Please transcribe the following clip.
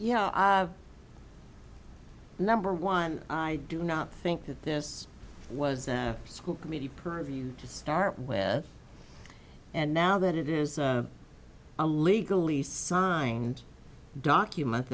yeah number one i do not think that this was a school committee purview to start with and now that it is a legally signed document